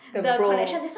the bro